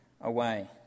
away